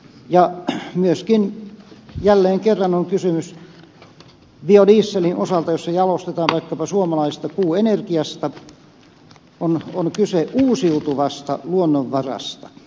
ja myöskin jälkeen kerran on kysymys biodieselin osalta jos se jalostetaan vaikkapa suomalaisesta puuenergiasta uusiutuvasta luonnonvarasta